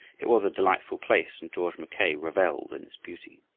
it was a delightful place and george mackay reveled in its beauty.